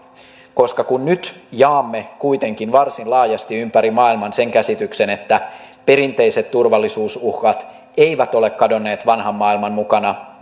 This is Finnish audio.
koska kun nyt jaamme kuitenkin varsin laajasti ympäri maailman sen käsityksen että perinteiset turvallisuusuhkat eivät ole kadonneet vanhan maailman mukana